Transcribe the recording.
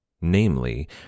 Namely